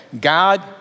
God